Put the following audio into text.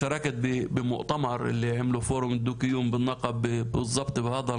אני השתתפתי בכנס שערכו אותו "פורום דו קיום בנגב" בדיוק בנושא הזה,